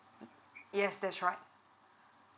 yes that's right